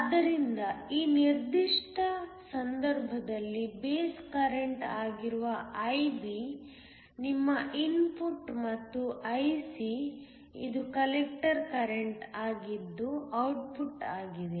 ಆದ್ದರಿಂದ ಈ ನಿರ್ದಿಷ್ಟ ಸಂದರ್ಭದಲ್ಲಿ ಬೇಸ್ ಕರೆಂಟ್ ಆಗಿರುವ IB ನಿಮ್ಮ ಇನ್ಪುಟ್ ಮತ್ತು Ic ಇದು ಕಲೆಕ್ಟರ್ ಕರೆಂಟ್ ಆಗಿದ್ದು ಔಟ್ಪುಟ್ ಆಗಿದೆ